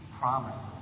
promises